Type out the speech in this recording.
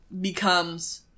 becomes